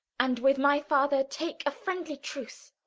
and with my father take a friendly truce.